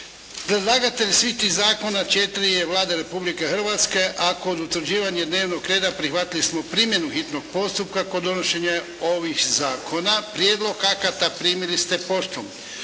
Predlagatelj svih tih zakona je Vlada Republike Hrvatske, a kod utvrđivanja rednog reda prihvatili smo primjenu hitnog postupka kod donošenja ovih zakona. Prijedlog akata primili ste poštom.